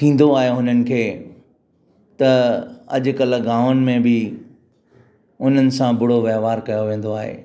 थींदो आहे हुननिखे त अॼु कल्ह गांवनि में बि उन्हनि सां बुरो व्यव्हारु कयो वेंदो आहे